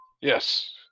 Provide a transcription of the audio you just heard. Yes